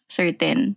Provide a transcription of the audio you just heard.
certain